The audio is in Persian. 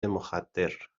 مخدر